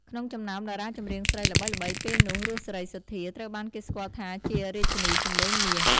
ក្នុងចំណោមតារាចម្រៀងស្រីល្បីៗនាពេលនោះ រស់ សេរីសុទ្ធា ត្រូវបានគេស្គាល់ថាជា រាជនីសម្លេងមាស ។